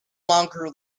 longer